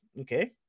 okay